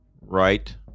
right